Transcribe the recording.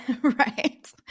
Right